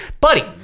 buddy